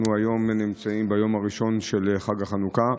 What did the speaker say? אנחנו נמצאים היום ביום הראשון של חג החנוכה,